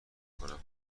کنم